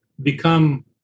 become